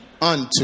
unto